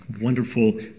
wonderful